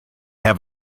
have